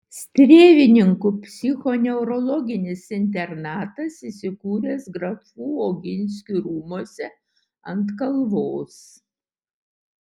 strėvininkų psichoneurologinis internatas įsikūręs grafų oginskių rūmuose ant kalvos